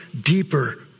deeper